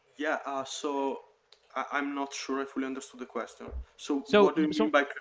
yeah. ah so i'm not sure if we understood the question. so so what so um but